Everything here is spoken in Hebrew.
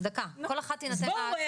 דקה, כל אחת תינתן לה זכות הדיבור.